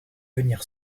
venir